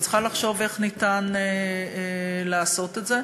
אני צריכה לחשוב איך אפשר לעשות את זה.